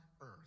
earth